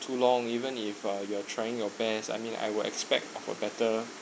too long even if uh you are trying your best I mean I would expect a better